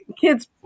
kids